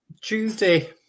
Tuesday